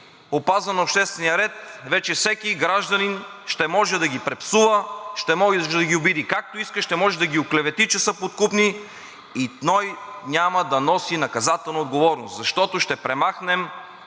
на обществения ред, вече всеки гражданин ще може да ги препсува, ще може да ги обиди както иска, ще може да ги оклевети, че са подкупни и той няма да носи наказателна отговорност, защото ще премахнем